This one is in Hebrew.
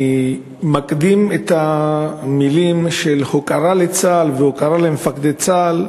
אני מקדים במילות הוקרה לצה"ל ולמפקדי צה"ל,